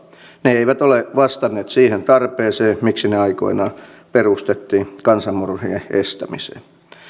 ne eivät ole vastanneet siihen tarpeeseen miksi ne aikoinaan perustettiin kansanmurhien estämiseen